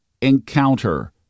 encounter